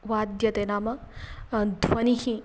वाद्यते नाम ध्वनिः